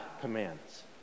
commands